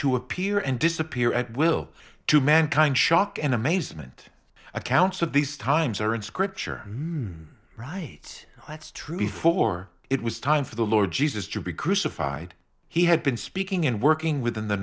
to appear and disappear at will to mankind shock and amazement accounts of these times are in scripture made right that's true before it was time for the lord jesus to be crucified he had been speaking and working within the